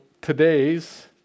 today's